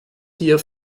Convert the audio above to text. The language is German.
hier